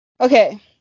Okay